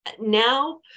now